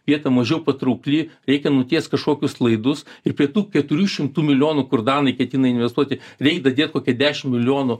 vieta mažiau patraukli reikia nutiest kažkokius laidus ir prie tų keturių šimtų milijonų kur danai ketina investuoti reik dadėt kokią dešim milijonų